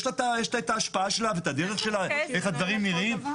יש לה את ההשפעה שלה ואת הדרך שלה איך הדברים נראים.